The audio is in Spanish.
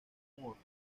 moore